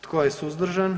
Tko je suzdržan?